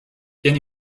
can